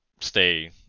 stay